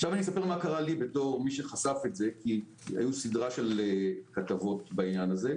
אספר מה קרה לי כמי שחשף את זה כי הייתה סדרה של כתבות בעניין הזה.